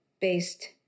based